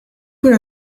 could